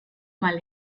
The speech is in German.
mal